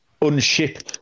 unship